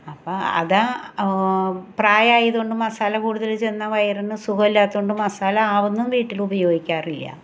അപ്പം അത പ്രായമായത് കൊണ്ട് മസാല കൂടുതൽ ചെന്നാൽ വയറിന് സുഖമില്ലാത്തത് കൊണ്ട് മസാല ആവുന്നതും വീട്ടിൽ ഉപയോഗിക്കാറില്ല